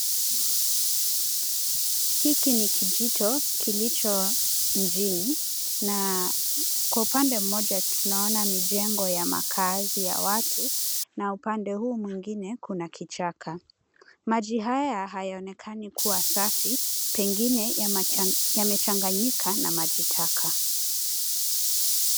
Hiki ni kijito kilicho mjini, na kwa upande mmoja tunaona mijengo ya makazi ya watu, na upande huu mwingine kuna kichaka. Maji haya hayaonekani kua safi, pengine yamechanganyika na maji taka.